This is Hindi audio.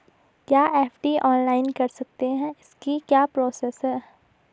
क्या एफ.डी ऑनलाइन कर सकते हैं इसकी क्या प्रोसेस है?